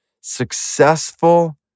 successful